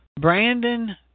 Brandon